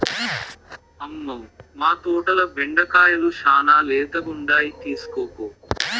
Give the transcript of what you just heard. మ్మౌ, మా తోటల బెండకాయలు శానా లేతగుండాయి తీస్కోపో